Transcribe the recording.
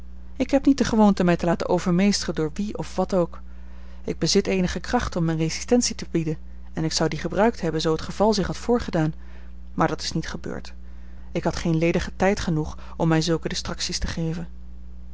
ik heb niet de gewoonte mij te laten overmeesteren door wie of wat ook ik bezit eenige kracht om resistentie te bieden en ik zou die gebruikt hebben zoo het geval zich had voorgedaan maar dat is niet gebeurd ik had geen ledigen tijd genoeg om mij zulke distracties te geven